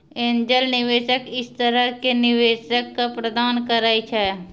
angel निवेशक इस तरह के निवेशक क प्रदान करैय छै